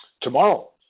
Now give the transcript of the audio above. Tomorrow